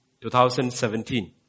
2017